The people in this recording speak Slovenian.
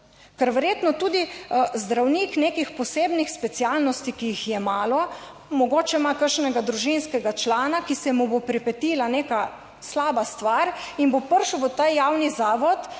Ker verjetno tudi zdravnik nekih posebnih specialnosti, ki jih je malo, mogoče ima kakšnega družinskega člana, ki se mu bo pripetila neka slaba stvar in bo prišel v ta javni zavod,